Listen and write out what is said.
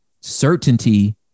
certainty